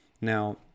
now